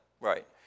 right